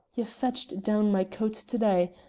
ye fetched down my coat to-day.